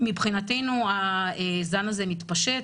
מבחינתנו הזן הזה מתפשט,